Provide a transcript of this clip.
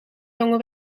jonge